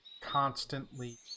constantly